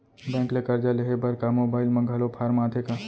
Bank ले करजा लेहे बर का मोबाइल म घलो फार्म आथे का?